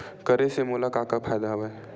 करे से मोला का का फ़ायदा हवय?